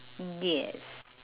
yes